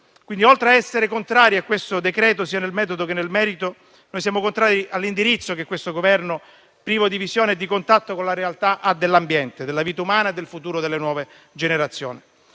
Oltre a essere contrari a questo decreto, sia nel metodo che nel merito, siamo contrari all'indirizzo che questo Governo, privo di visione e di contatto con la realtà, ha dell'ambiente, della vita umana e del futuro delle nuove generazioni.